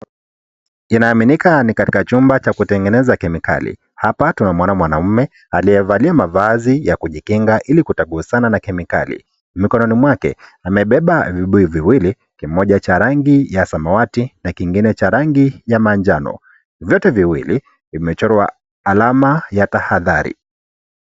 Inaaminika ni katika chumba cha kutengeneza kemikali, hapa tunamuona mwanaume aliyevalia mavazi ya kujikinga ili kutogusana na kemikali, mikononi mwake amebeba vibuyu viwili kimoja cha rangi ya samawati na kingine cha rangi ya manjano vyote viwili vimechorwa alama ya tahadhari.